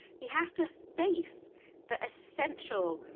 he has to face the essential,